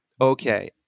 Okay